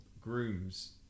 grooms